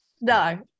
No